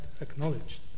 acknowledged